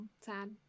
Sad